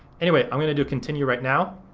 anyway, i'm gonna do continue right now.